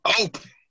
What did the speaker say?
open